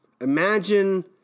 imagine